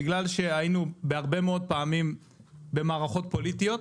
בגלל שהיינו הרבה מאוד פעמים במערכות פוליטיות.